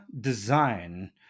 design